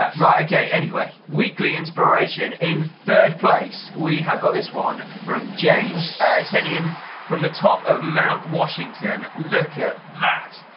right okay, anyway. weekly inspiration, in third place we have got this one from james sent in from the top of mount washington. look at that!